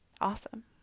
awesome